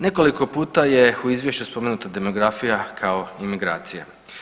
Nekoliko puta je u izvješću spomenuta demografija kao imigracija.